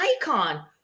icon